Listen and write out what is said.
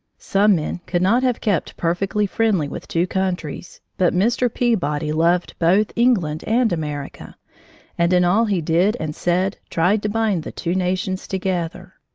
some men could not have kept perfectly friendly with two countries, but mr. peabody loved both england and america and in all he did and said tried to bind the two nations together.